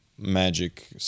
magic